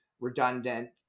redundant